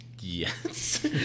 yes